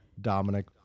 Dominic